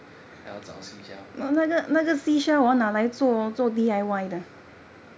还要找 seashell